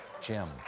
Jim